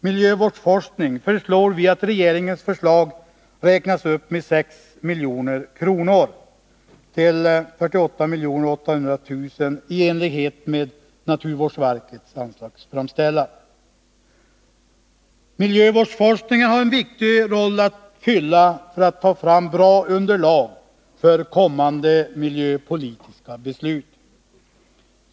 Miljövårdsforskning föreslår vi att regeringens förslag räknas upp med 6 milj.kr. till 48,8 milj.kr. i enlighet med naturvårdsverkets anslagsframställan. Miljövårdsforskningen har en viktig roll att fylla vid framtagningen av bra underlag för kommande miljöpolitiska beslut.